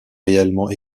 réellement